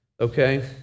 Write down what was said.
Okay